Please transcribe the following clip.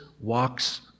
walks